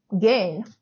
gain